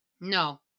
No